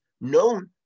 known